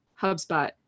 HubSpot